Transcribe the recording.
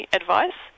advice